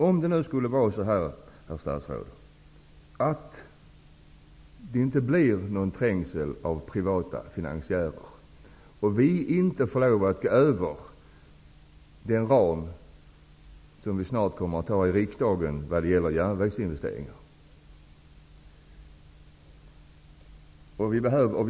Om det nu inte blir någon trängsel av privata finansiärer, herr statsråd, och vi inte får lov att överskrida den ram som vi snart kommer att fatta beslut om i riksdagen vad gäller järnvägsinvesteringar, var någonstans skall man då senarelägga en järnvägsutbyggnad?